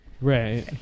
Right